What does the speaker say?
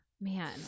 Man